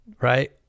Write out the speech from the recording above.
right